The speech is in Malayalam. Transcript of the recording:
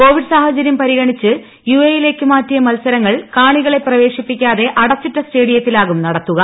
കോവിഡ്സാഹചര്യം പരിഗണിച്ച് യുഎഇ യിലേക്ക് മാറ്റിയ മത്സരങ്ങൾ കാണികളെ പ്രവേശിപ്പിക്കാതെ അടച്ചിട്ട സ് റ്റേഡിയത്തിലാകും നടത്തുക